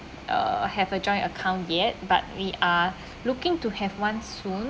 uh have a joint account yet but we are looking to have one soon